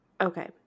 Okay